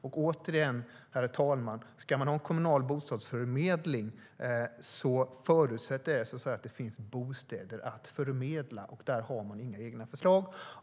Men återigen, herr talman: Om man ska ha en kommunal bostadsförmedling förutsätter det att det finns bostäder att förmedla. Där har Vänsterpartiet inga egna förslag.